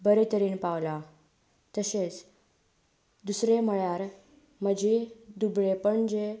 बरे तरेन पावलां तशेंच दुसरें म्हणल्यार म्हजें दुबळेंपण जें